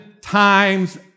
times